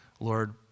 Lord